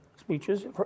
speeches